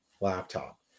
laptop